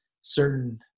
certain